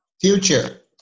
future